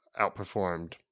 outperformed